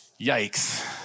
Yikes